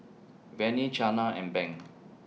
Vannie Chana and Banks